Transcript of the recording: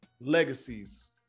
legacies